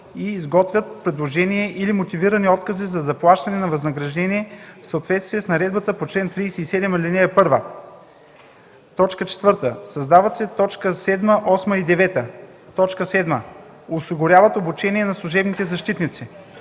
и изготвят предложения или мотивирани откази за заплащане на възнаграждение в съответствие с наредбата по чл. 37, ал. 1;”. 4. Създават се т. 7, 8 и 9: „7. осигуряват обучение на служебните защитници;